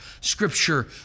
scripture